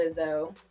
Lizzo